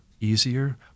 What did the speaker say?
easier